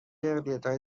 اقلیتهای